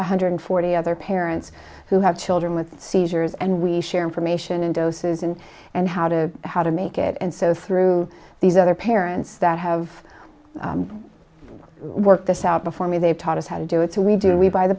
one hundred forty other parents who have children with seizures and we share information in doses and and how to how to make it and so through these other parents that have worked this out before me they've taught us how to do it so we do we buy the